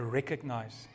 recognize